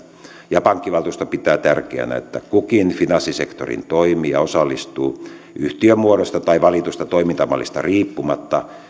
ja pankkivaltuusto pitää tärkeänä että kukin finanssisektorin toimija osallistuu yhtiömuodosta tai valitusta toimintamallista riippumatta